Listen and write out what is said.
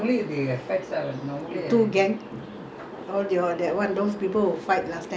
all day all that [what] these people that fight last time younger days ah they not happy